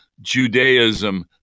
Judaism